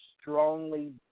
strongly